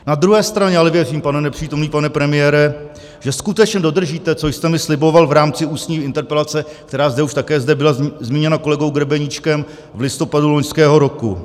Na druhé straně ale věřím, nepřítomný pane premiére, že skutečně dodržíte, co jste mi sliboval v rámci ústní interpelace, která zde už také zde byla zmíněna kolegou Grebeníčkem, v listopadu loňského roku.